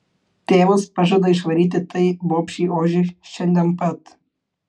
tėvas pažada išvaryti tai bobšei ožį šiandien pat